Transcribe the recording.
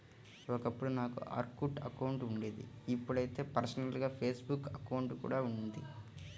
ఒకప్పుడు నాకు Orkut account ఉండేది ఇప్పుడైతే పర్సనల్ గా ఒక ఫేస్ బుక్ అకౌంట్ కూడా ఉంది